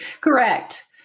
Correct